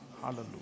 Hallelujah